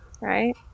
Right